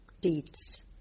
deeds